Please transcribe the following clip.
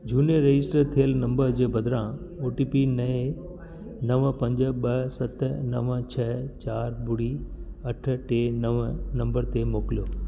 झूने रजिस्टर थियल नंबर जे बदिरां ओ टी पी नए नव पंज ॿ सत नव छह चारि ॿुड़ी अठ टे नव नंबर ते मोकिलियो